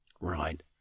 Right